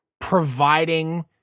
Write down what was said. providing